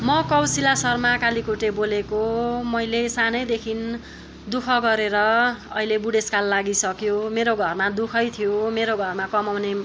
म कौशिला शर्मा केलिकोटे बोलेको मैले सानैदेखि दु ख गरेर अहिले बुढेसकाल लागिसक्यो मेरो घरमा दु खै थियो मेरो घरमा कमाउने